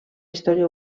història